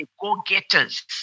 go-getters